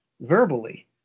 verbally